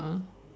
ah